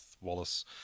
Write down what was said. Wallace